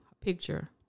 picture